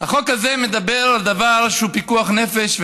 החוק הזה מדבר על דבר שהוא פיקוח נפש,